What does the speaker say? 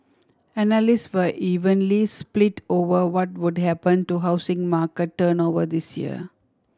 analysts were evenly split over what would happen to housing market turnover this year